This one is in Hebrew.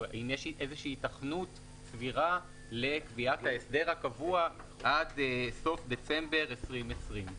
האם יש היתכנות סבירה לקביעת ההסדר הקבוע עד סוף דצמבר 2020?